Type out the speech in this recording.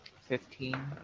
Fifteen